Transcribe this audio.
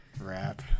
rap